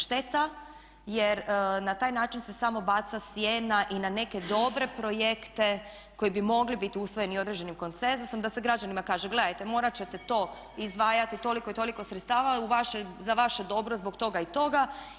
Šteta, jer na taj način se samo baca sjena i na neke dobre projekte koji bi mogli biti usvojeni određenim konsenzusom da se građanima kaže gledajte, morati ćete to izdvajati, toliko i toliko sredstava, za vaše dobro zbog toga i toga.